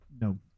No